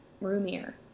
roomier